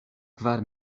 kvar